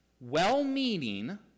well-meaning